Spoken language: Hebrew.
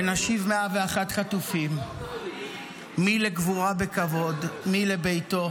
ונשיב 101 חטופים, מי לקבורה בכבוד, מי לביתו,